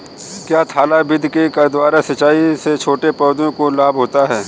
क्या थाला विधि के द्वारा सिंचाई से छोटे पौधों को लाभ होता है?